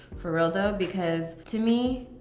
for real though, because to me,